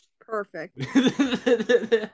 Perfect